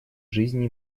жизни